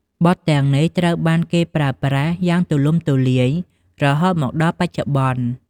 បទទាំងនេះត្រូវបានគេប្រើប្រាស់យ៉ាងទូលំទូលាយរហូតមកដល់បច្ចុប្បន្ន។